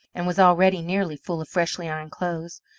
and was already nearly full of freshly ironed clothes,